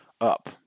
up